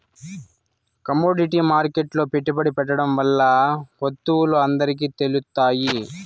commodity మార్కెట్లో పెట్టుబడి పెట్టడం వల్ల వత్తువులు అందరికి తెలుత్తాయి